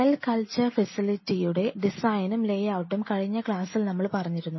cell culture ഫെസിലിറ്റിയുടെ ഡിസൈനും ലേയൌട്ടും കഴിഞ്ഞ ക്ലാസ്സിൽ നമ്മൾ പറഞ്ഞിരുന്നു